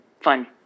Fun